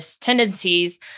tendencies